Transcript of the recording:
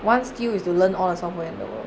one still is to learn all the software in the world